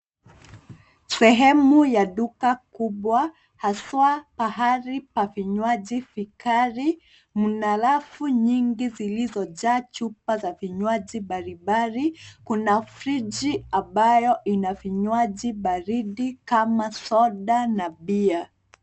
Sehemu ya duka kubwa haswa pahali pa vinywaji vikali. Mna rafu nyingi zilizojaa chupa za vinywaji mbalimbali. Kuna friji nyingi ambayo ina vinywaji baridi kama soda na beer .